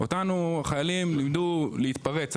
אותנו חיילים לימדו להתפרץ,